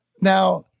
Now